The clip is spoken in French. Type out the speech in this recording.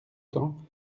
temps